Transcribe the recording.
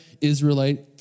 Israelite